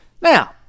Now